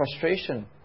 frustration